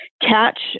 catch